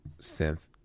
synth